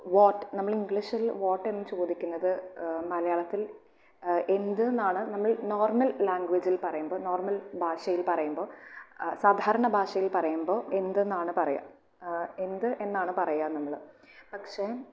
what നമ്മൾ ഇംഗ്ലീഷിൽ what എന്ന് ചോദിക്കുന്നത് മലയാളത്തിൽ എന്ത് എന്നാണ് നമ്മൾ നോർമൽ ലാംഗ്വേജിൽ പറയുമ്പോൾ നോർമൽ ഭാഷയിൽ പറയുമ്പോൾ സാധാരണ ഭാഷയിൽ പറയുമ്പോൾ എന്ത് എന്നാണ് പറയുക എന്ത് എന്നാണ് പറയുക നമ്മള് പക്ഷേ